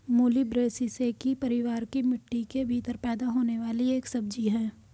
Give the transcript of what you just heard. मूली ब्रैसिसेकी परिवार की मिट्टी के भीतर पैदा होने वाली एक सब्जी है